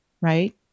right